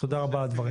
תודה על הדברים.